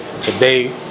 Today